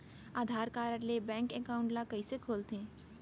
आधार card ले bank account ल कइसे खोलथे?